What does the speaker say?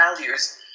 values